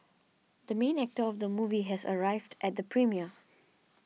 the main actor of the movie has arrived at the premiere